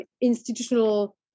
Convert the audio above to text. institutional